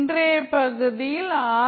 இன்றைய பகுதியில் ஆர்